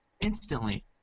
Instantly